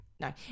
No